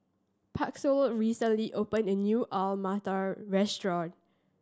Pasquale recently opened a new Alu Matar Restaurant